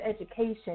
education